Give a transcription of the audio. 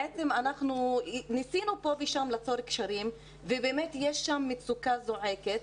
בעצם אנחנו ניסינו פה ושם ליצור קשרים ובאמת יש שם מצוקה זועקת.